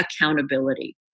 accountability